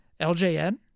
LJN